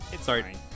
Sorry